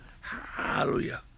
Hallelujah